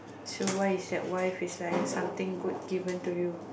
so why is that why fish liar is something good given to you